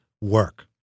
work